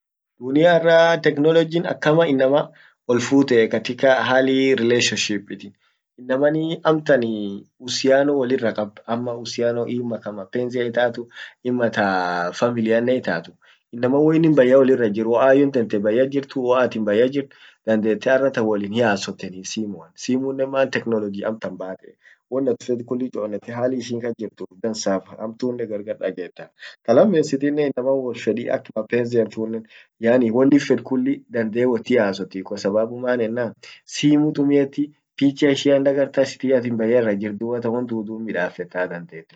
habari bultoa habari tesen nagea anninkuniee time mkutanotananen himbeka ammo anne wokti sun hindufne bare an ijjed tan lilla chelewe issera dubattan won annin chelewefinne annin kalesatan diko yaani safar ijjolle tit arra kannete, dub dirrankan wakati mkutanoa himbeka ammotu maan wonni wonsunnen diko akk harakatia ant dufte dub barre sun dekke wonsun shuqul sun ufira lesse ,ilmanki sipitali gesse lesse harakishe dufe isent duffee dubatan sunif mkutano chelewe anasamea.